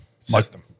System